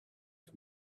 for